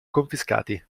confiscati